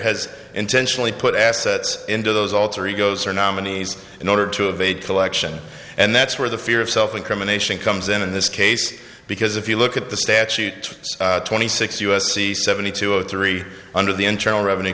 has intentionally put assets into those alter egos or nominees in order to evade collection and that's where the fear of self incrimination comes in in this case because if you look at the statute twenty six u s c seventy two zero three under the internal revenue